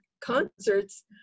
concerts